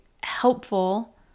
helpful